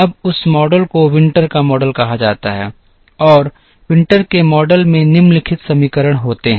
अब उस मॉडल को विंटर का मॉडल कहा जाता है और विंटर के मॉडल में निम्नलिखित समीकरण होते हैं